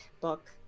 book